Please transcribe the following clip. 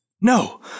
No